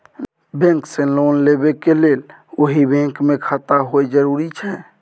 Bank से loan लेबै के लेल वही बैंक मे खाता होय जरुरी छै?